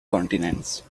continents